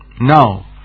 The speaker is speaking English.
Now